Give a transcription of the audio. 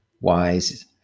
wise